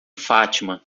fátima